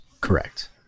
Correct